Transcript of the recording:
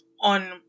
on